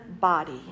body